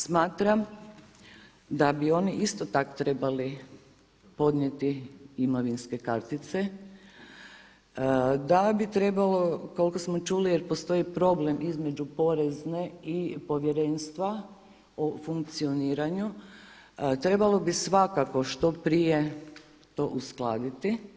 Smatram da bi oni isto tako trebali podnijeti imovinske kartice, da bi trebalo koliko smo čuli jer postoji problem između porezne i povjerenstva o funkcioniranju, trebalo bi svakako što prije to uskladiti.